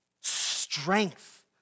Strength